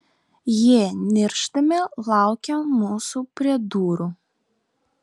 jie niršdami laukė mūsų prie durų